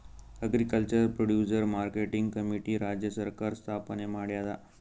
agriculture producer marketing committee ರಾಜ್ಯ ಸರ್ಕಾರ್ ಸ್ಥಾಪನೆ ಮಾಡ್ಯಾದ